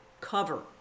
cover